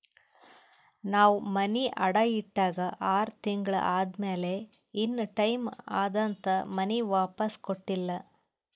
ನಾವ್ ಮನಿ ಅಡಾ ಇಟ್ಟಾಗ ಆರ್ ತಿಂಗುಳ ಆದಮ್ಯಾಲ ಇನಾ ಟೈಮ್ ಅದಂತ್ ಮನಿ ವಾಪಿಸ್ ಕೊಟ್ಟಿಲ್ಲ